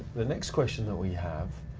the next question that we have,